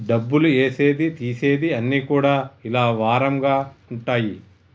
డబ్బులు ఏసేది తీసేది అన్ని కూడా ఇలా వారంగా ఉంటయి